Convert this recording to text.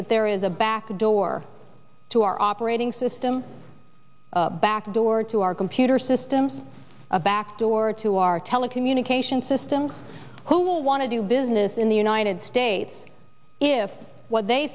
that there is a backdoor to our operating system backdoor to our computer systems a backdoor to our telecommunication system who will want to do business in the united states if what they